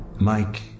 Mike